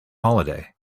holiday